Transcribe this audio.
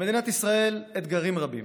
למדינת ישראל יש אתגרים רבים.